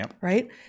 Right